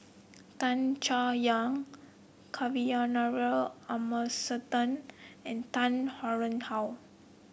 Tan Chay Yan Kavignareru Amallathasan and Tan Tarn How